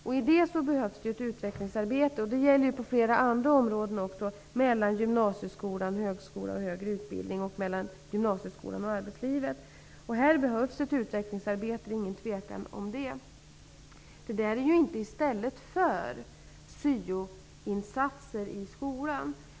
För det behövs ett utvecklingsarbete -- detta gäller flera andra områden också -- mellan gymnasieskolan, högskolor och annan högre utbildning samt mellan gymnasieskolan och arbetslivet. Att det behövs ett utvecklingsarbete är det ingen tvekam om. Det här är inte i stället för syoinsatser i skolan.